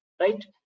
right